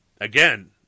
Again